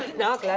not. yeah